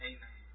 Amen